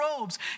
robes